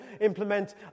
implement